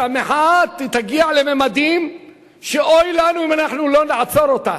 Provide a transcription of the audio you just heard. שהמחאה תגיע לממדים שאוי לנו אם אנחנו לא נעצור אותה.